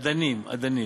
אדנים, אדנים.